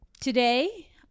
Today